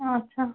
ଆଚ୍ଛା